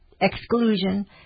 exclusion